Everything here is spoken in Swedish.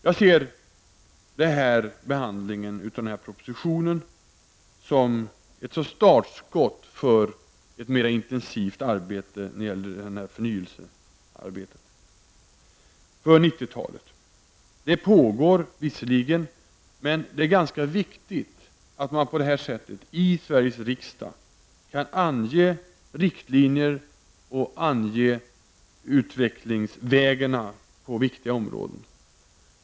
Jag ser propositionen och behandlingen här av den som ett slags startskott för ett mera intensivt förnyelsearbete för 90-talet. Det arbetet pågår visserligen redan. Men det är ganska viktigt att man på det här sättet i Sveriges riksdag kan ange riktlinjer och utvecklingsvägar på viktiga områden.